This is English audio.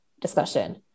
discussion